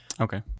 Okay